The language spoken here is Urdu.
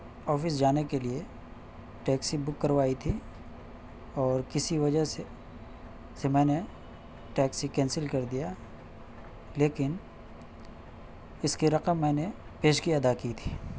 آفس جانے کے لیے ٹیکسی بک کروائی تھی اور کسی وجہ سے میں نے ٹیکسی کینسل کر دیا لیکن اس کی رقم میں نے پیشگی ادا کی تھی